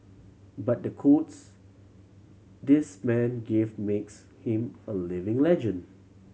but the quotes this man give makes him a living legend